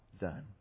done